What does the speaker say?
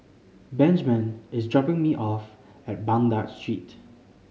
Benjman is dropping me off at Baghdad Street